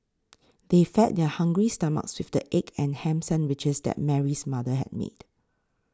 they fed their hungry stomachs with the egg and ham sandwiches that Mary's mother had made